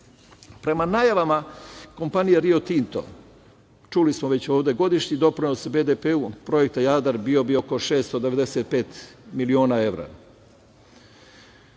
najavama kompanije Rio Tinto, čuli smo već ovde, godišnji doprinos BDP projekta „Jadar“ bio bi oko 695 miliona evra.